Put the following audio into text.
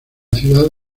ciudad